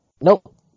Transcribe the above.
nope